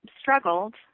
struggled